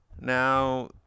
now